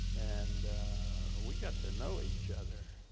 and we got to know each other,